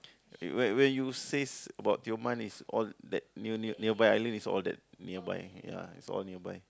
where where you says about Tioman is all that near near nearby island it's all that nearby ya it's all nearby